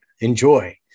Enjoy